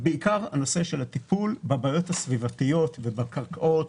הפעילויות האלה הן בעיקר הטיפול בבעיות הסביבתיות ובקרקעות